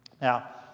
now